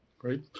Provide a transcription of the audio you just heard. Great